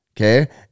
okay